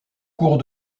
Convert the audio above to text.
cours